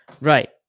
Right